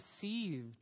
deceived